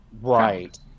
Right